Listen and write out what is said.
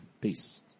Peace